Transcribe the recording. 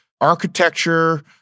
architecture